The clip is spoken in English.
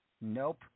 nope